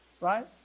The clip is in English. Right